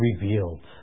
revealed